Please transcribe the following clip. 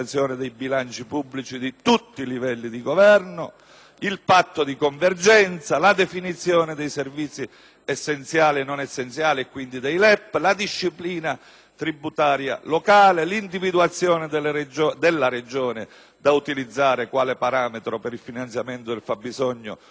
al patto di convergenza, alla definizione dei servizi essenziali e non essenziali e quindi dei livelli essenziali delle prestazioni (LEP), alla disciplina tributaria locale, all'individuazione della Regione da utilizzare quale parametro per il finanziamento del fabbisogno corrispondente al livello dei LEP e ad altri punti.